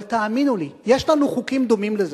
אבל תאמינו לי, יש לנו חוקים דומים לזה.